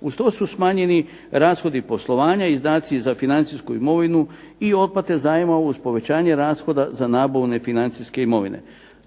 Uz to su smanjeni rashodi poslovanja, izdaci za financijsku imovinu i otplate zajma uz povećanje rashoda za nabavu nefinancijske imovine.